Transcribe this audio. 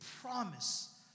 promise